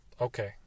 okay